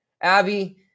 Abby